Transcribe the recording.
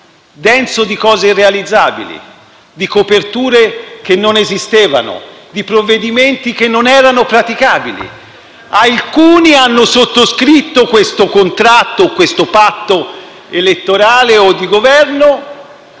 denso di cose irrealizzabili, di coperture che non esistevano, di provvedimenti che non erano praticabili. Alcuni hanno sottoscritto questo contratto o patto elettorale o di Governo